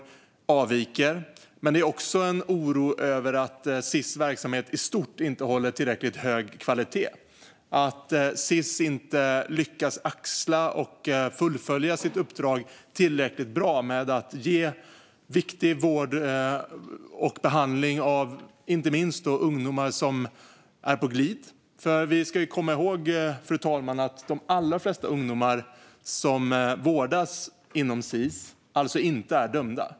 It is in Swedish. Jag är också orolig över att Sis verksamhet i stort inte håller tillräckligt hög kvalitet, att Sis inte tillräckligt bra lyckas axla och fullfölja sitt uppdrag att ge viktig vård och behandling till inte minst ungdomar som är på glid. Vi ska komma ihåg, fru talman, att de allra flesta ungdomar som vårdas inom Sis inte är dömda.